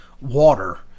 water